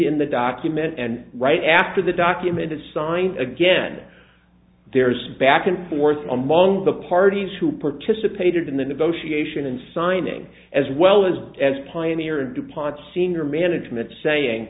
in the document and right after the document is signed again there's back and forth among the parties who participated in the negotiation and signing as well as as pioneer dupont senior management saying